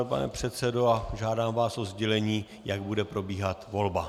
Pane předsedo, žádám vás o sdělení, jak bude probíhat volba.